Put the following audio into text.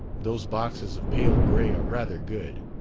those boxes of pale gray are rather good.